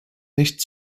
nicht